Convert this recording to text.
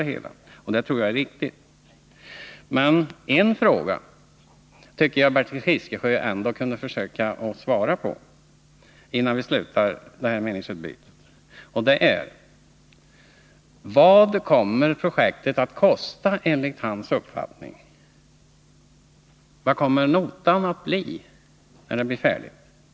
Detta är kanske riktigt, men en fråga tycker jag Bertil Fiskesjö kunde försöka svara på innan vi slutar detta meningsutbyte: Vad kommer projektet att kosta, enligt Bertil Fiskesjös uppfattning? Vad kommer notan att bli när det är färdigt?